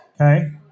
Okay